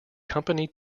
company